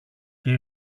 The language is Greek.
και